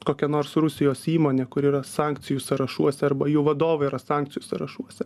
kokia nors rusijos įmonė kuri yra sankcijų sąrašuose arba jų vadovai yra sankcijų sąrašuose